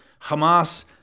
Hamas